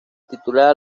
titulada